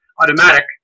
automatic